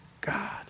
God